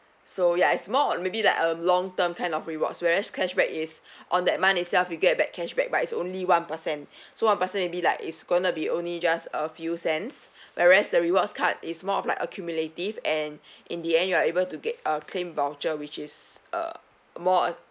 so ya is more of maybe like a long term kind of rewards whereas cashback is on that month itself you get back cashback but it's only one percent so one percent maybe like it's gonna be only just a few cents whereas the rewards card is more of like accumulative and in the end you are able to get uh claim voucher which is uh more on